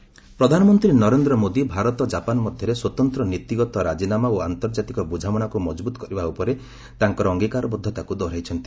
PM Japan FM ପ୍ରଧାନମନ୍ତ୍ରୀ Narendra Modi Bharat Japan ମଧ୍ୟରେ ସ୍ୱତନ୍ତ୍ର ନୀତିଗତ ରାଜିନାମା ଓ ଆନ୍ତର୍ଜାତିକ ବୁଝାମଣାକୁ ମଜବୁତ କରିବା ଉପରେ ତାଙ୍କର ଅଙ୍ଗିକାରବଦ୍ଧତାକୁ ଦୋହରାଇଛନ୍ତି